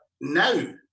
now